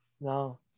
No